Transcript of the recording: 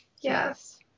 yes